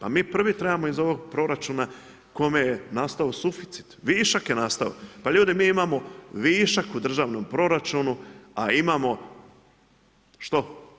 A mi prvi trebamo iz ovog proračuna, kome je nastao suficit, višak je nastao, pa ljudi mi imamo višak u državnom proračunu, a imamo što?